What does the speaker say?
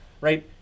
right